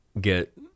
get